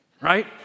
Right